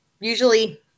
usually